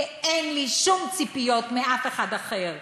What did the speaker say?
כי אין לי שום ציפיות מאף אחד אחר.